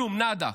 כלום, נאדה.